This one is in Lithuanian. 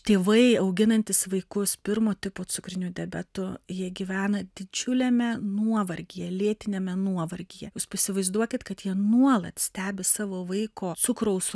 tėvai auginantys vaikus pirmo tipo cukriniu diabetu jie gyvena didžiuliame nuovargyje lėtiniame nuovargyje įsivaizduokit kad jie nuolat stebi savo vaiko cukraus